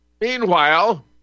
Meanwhile